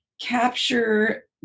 capture